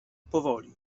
powoli